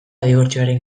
dibortzioaren